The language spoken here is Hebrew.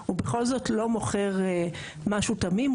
הוא בכל זאת לא מוכר משהו תמים,